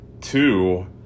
Two